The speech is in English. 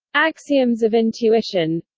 axioms of intuition